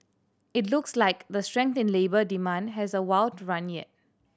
it looks like the strength in labour demand has a while to run yet